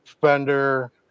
fender